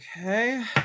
Okay